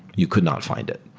you could not fi nd it,